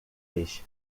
lhes